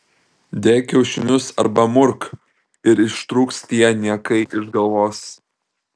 dėk kiaušinius arba murk ir išrūks tie niekai iš galvos